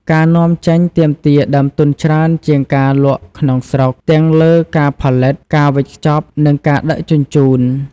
ការនាំចេញទាមទារដើមទុនច្រើនជាងការលក់ក្នុងស្រុក ទាំងលើការផលិត ការវេចខ្ចប់ និងការដឹកជញ្ជូន។